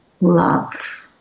Love